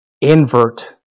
invert